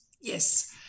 Yes